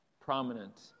prominent